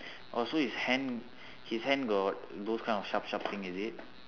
oh so his hand his hand got those kind of sharp sharp thing is it